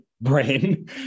brain